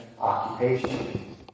occupation